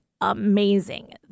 amazing